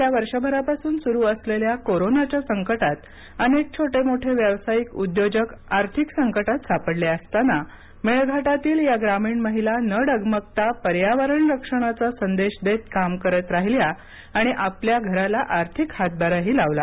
गेल्या वर्षभरापासून सुरू असलेल्या कोरोनाच्या संकटात अनेक छोटे मोठे व्यावसायिक उद्योजक आर्थिक संकटात सापडले असताना मेळघाटातील या ग्रामीण महिला न डगमगता पर्यावरण रक्षणाचा संदेश देत काम करत राहिल्या आणि आपल्या घराला आर्थिक हातभारही लावला